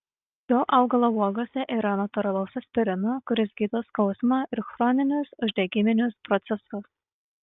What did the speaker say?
šio augalo uogose yra natūralaus aspirino kuris gydo skausmą ir chroninius uždegiminius procesus